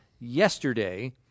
yesterday